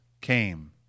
came